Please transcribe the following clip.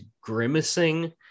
grimacing